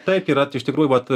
taip yra tai iš tikrųjų vat